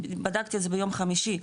בדקתי את זה ביום חמישי,